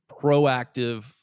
proactive